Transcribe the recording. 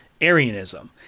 Arianism